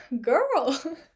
girl